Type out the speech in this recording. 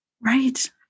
Right